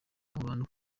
ahantu